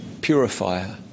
purifier